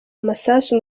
amasasu